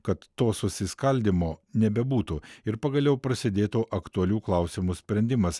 kad to susiskaldymo nebebūtų ir pagaliau prasidėtų aktualių klausimų sprendimas